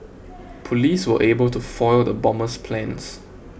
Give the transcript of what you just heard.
police were able to foil the bomber's plans